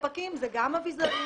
והספקים זה גם אביזרים,